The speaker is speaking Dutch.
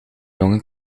jonge